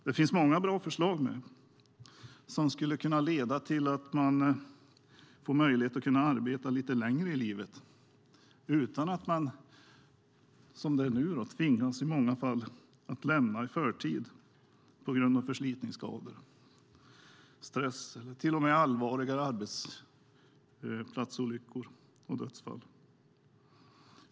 Det finns många bra förslag som skulle kunna leda till att människor får möjlighet att arbeta lite längre i livet utan att som nu i många fall tvingas lämna i förtid på grund av förslitningsskador, stress eller till och med allvarligare arbetsplatsolyckor och dödsfall.